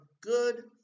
good